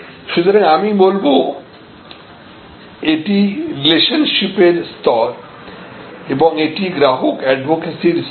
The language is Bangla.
সুতরাং আমি বলব এটি রিলেশনশিপ স্তর এবং এটি গ্রাহক এডভোকেসি স্তর